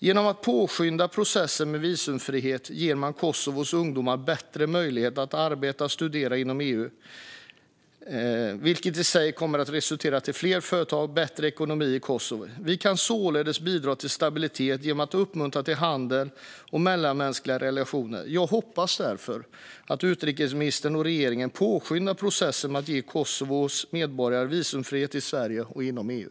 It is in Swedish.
Genom att påskynda processen med visumfrihet ger man Kosovos ungdomar bättre möjlighet att arbeta och studera inom EU, vilket i sig kommer att resultera i fler företag och bättre ekonomi i Kosovo. Vi kan således bidra till stabilitet genom att uppmuntra till handel och mellanmänskliga relationer. Jag hoppas därför att utrikesministern och regeringen påskyndar processen med att ge Kosovos medborgare visumfrihet i Sverige och inom EU.